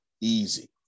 Easy